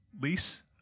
lease